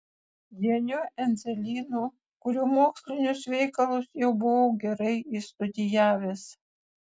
janiu endzelynu kurio mokslinius veikalus jau buvau gerai išstudijavęs